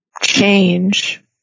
change